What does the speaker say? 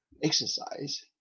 Exercise